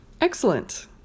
Excellent